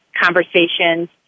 conversations